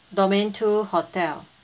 domain two hotel